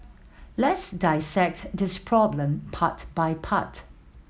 let's dissect this problem part by part